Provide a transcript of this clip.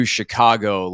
Chicago